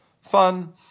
fun